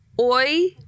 Oi